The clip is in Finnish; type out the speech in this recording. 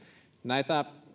näitä